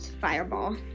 fireball